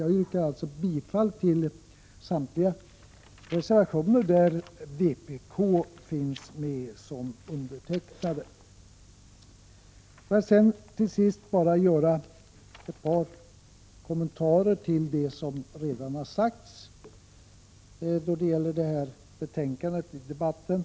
Jag yrkar bifall till samtliga reservationer där vpk finns med som undertecknare. Låt mig till sist kommentera ett par frågor som tagits upp tidigare i debatten.